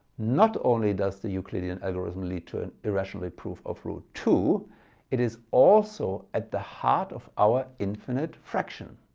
not only does the euclidean algorithm lead to an irrationality proof of root two it is also at the heart of our infinite fraction.